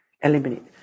Eliminate